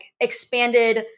expanded